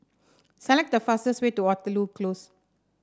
select the fastest way to Waterloo Close